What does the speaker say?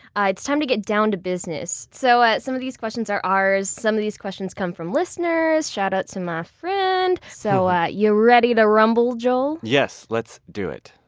ah it's time to get down to business. so ah some of these questions are ours. some of these questions come from listeners. shoutout to my friend. so ah you ready to rumble, joel? yes, let's do it.